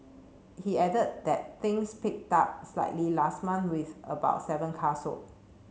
he added that things picked up slightly last month with about seven car sold